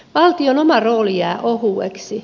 valtion oma rooli jää ohueksi